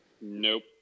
Nope